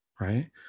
right